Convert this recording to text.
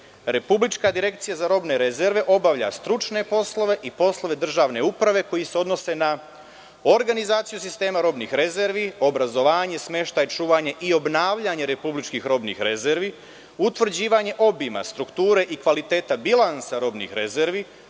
Republička direkcija za robne rezerve obavlja stručne poslove i poslove države uprave koji se odnose na organizaciju sistema robnih rezervi, obrazovanje, smeštaj i čuvanje, obnavljanje republičkih robnih rezervi, utvrđivanje obima, strukture i kvaliteta bilansa robnih rezervi,